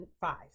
five